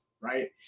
right